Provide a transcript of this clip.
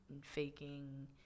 faking